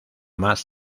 más